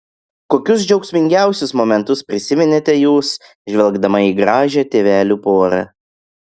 kokius džiaugsmingiausius momentus prisiminėte jūs žvelgdama į gražią tėvelių porą